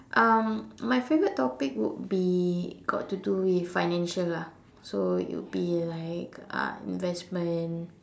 um my favourite topic would be got to do with financial lah so it would be like uh investment